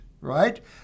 right